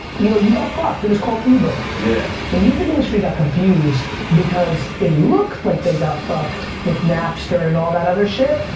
you know you got fucked, it was called uber. yeah. the music industry got confused because it looked like they got fucked with napster and all that other shit.